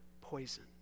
poison